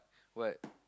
what